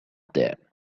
there